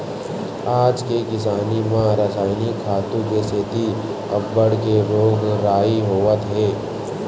आज के किसानी म रसायनिक खातू के सेती अब्बड़ के रोग राई होवत हे